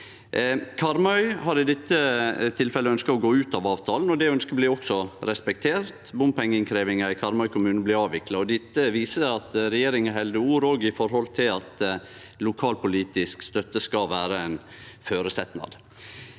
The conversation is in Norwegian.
Karmøy har i dette tilfellet ønskt å gå ut av avtalen, og det ønsket blir også respektert. Bompengeinnkrevjinga i Karmøy kommune blir avvikla. Dette viser at regjeringa held ord når det gjeld at lokalpolitisk støtte skal vere ein føresetnad.